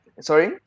Sorry